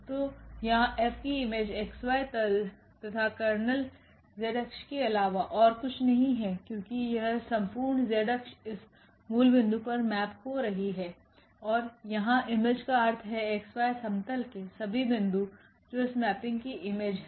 तो यहाँ F की इमेज xy तल तथा कर्नेल z अक्षकेअलावाऔर कुछ नहींहै क्योंकि यह संपूर्णz अक्ष इस मूल बिंदु पर मेप हो रही है और यहाँ इमेज का अर्थ है𝑥𝑦समतलके सभी बिंदु जोइस मेपिंग की इमेज है